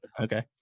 Okay